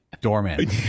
Doorman